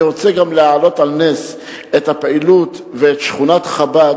אני רוצה גם להעלות על נס את הפעילות ואת שכונת חב"ד,